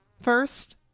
First